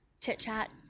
chit-chat